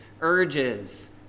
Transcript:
urges